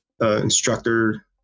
instructor